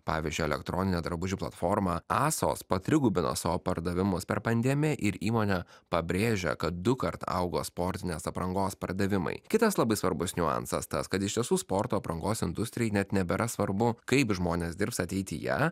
pavyzdžiui elektroninė drabužių platforma asos patrigubino savo pardavimus per pandemiją ir įmonė pabrėžia kad dukart augo sportinės aprangos pardavimai kitas labai svarbus niuansas tas kad iš tiesų sporto aprangos industrijai net nebėra svarbu kaip žmonės dirbs ateityje